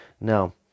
Now